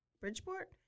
Bridgeport